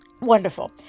wonderful